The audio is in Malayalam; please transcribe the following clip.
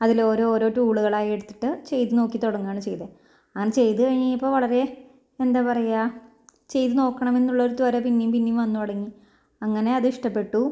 അതിൽ ഓരോ ഓരോ ടൂളുകളായി എടുത്തിട്ട് ചെയ്തു നോക്കി തുടങ്ങുകയാണ് ചെയ്തത് അങ്ങനെ ചെയ്തു കഴിഞ്ഞപ്പോൾ വളരെ എന്താണ് പറയുക ചെയ്തു നോക്കണമെന്നുള്ള ഒരു ത്വര പിന്നെയും പിന്നെയും വന്നുതുടങ്ങി അങ്ങനെ അത് ഇഷ്ടപ്പെട്ടു